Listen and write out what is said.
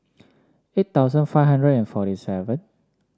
eight thousand five hundred and forty seven